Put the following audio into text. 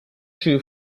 true